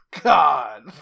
god